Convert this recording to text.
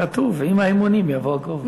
כתוב: עם האימונים יבוא הגובה.